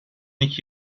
iki